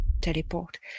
teleport